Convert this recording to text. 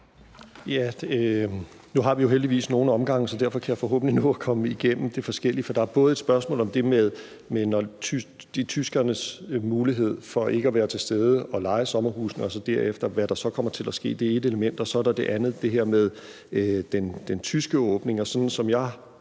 Nu har vi jo heldigvis nogle omgange, så forhåbentlig kan jeg nå at komme igennem de forskellige ting. For der er først et spørgsmål om det med tyskernes manglende mulighed for at være til stede og leje sommerhusene og om, hvad der så derefter kommer til at ske. Det er ét element. Så er der det andet, nemlig det her med den tyske åbning. Sådan som jeg